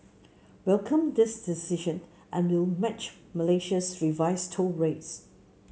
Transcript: welcome this decision and will match Malaysia's revised toll rates